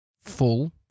full